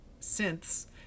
synths